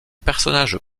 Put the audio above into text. personnages